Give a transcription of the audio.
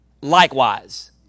Likewise